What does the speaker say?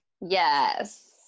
Yes